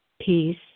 peace